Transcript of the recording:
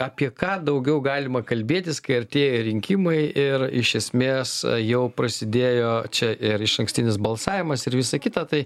apie ką daugiau galima kalbėtis kai artėja rinkimai ir iš esmės jau prasidėjo čia ir išankstinis balsavimas ir visa kita tai